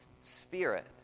spirit